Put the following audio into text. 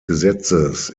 gesetzes